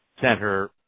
center